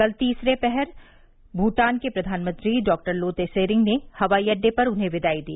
कल तीसरे पहर भूटान के प्रधानमंत्री डॉक्टर लोते सरेंग ने हवाई अड्डे पर उन्हें विदाई दी